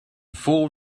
full